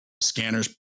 scanners